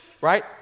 right